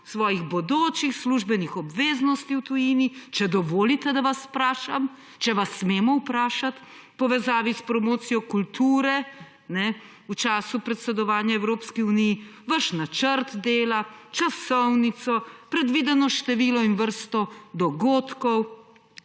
svojih bodočih službenih obveznosti v tujini – če dovolite, da vas vprašam, če vas smemo vprašati – v povezavi s promocijo kulture v času predsedovanja Evropski uniji, vaš načrt dela, časovnico, predvideno število in vrsto dogodkov